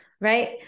Right